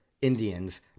Indians